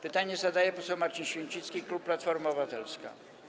Pytanie zadaje poseł Marcin Święcicki, klub Platforma Obywatelska.